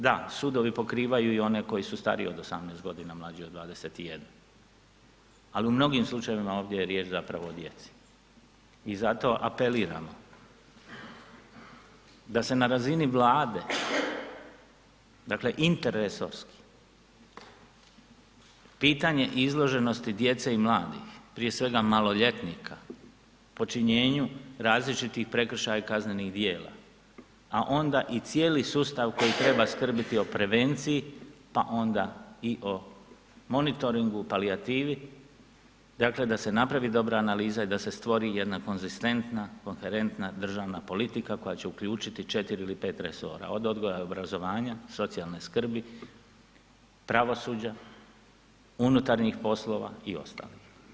Da, sudovi pokrivaju one i koji su stariji od 18 godina, a mlađi od 21, ali u mnogim slučajevima ovdje je riječ zapravo o djeci i zato apeliram da se na razini Vlade, dakle interresorski pitanje izloženosti djece i mladih, prije svega maloljetnika, počinjenju različitih prekršaja i kaznenih djela, a onda i cijeli sustav koji treba skrbiti o prevenciji, pa onda i o monitoringu, palijativi, dakle da se napravi dobra analiza i da se stvori jedna konzistentna, koherentna državna politika koja će uključiti 4 ili 5 resora, od odgoja i obrazovanja, socijalne skrbi, pravosuđa, unutarnjih poslova i ostalih.